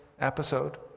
episode